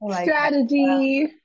strategy